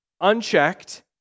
unchecked